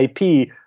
IP